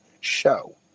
show